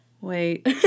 wait